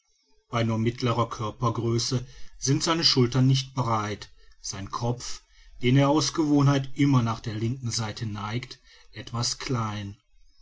bei nur mittlerer körpergröße sind seine schultern nicht breit sein kopf den er aus gewohnheit immer nach der linken seite neigt etwas klein